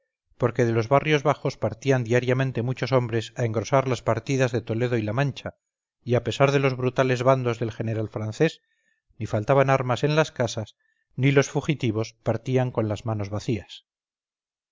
porque de los barrios bajos partían diariamente muchos hombres a engrosar laspartidas de toledo y la mancha y a pesar de los brutales bandos del general francés ni faltaban armas en las casas ni los fugitivos partían con las manos vacías